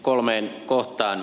kolmeen kohtaan